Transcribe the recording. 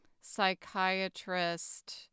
psychiatrist